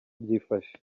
byifashe